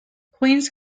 queens